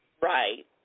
Right